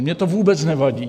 Mně to vůbec nevadí.